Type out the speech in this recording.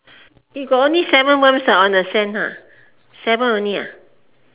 eh got only seven worms ah on the sand ha seven only ah